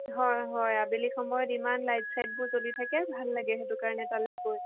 হয় হয় আবেলি সময়ত ইমান লাইট চাইটবোৰ জ্বলি থাকে ভাল লাগে সেইটো কাৰণে তালৈ গৈ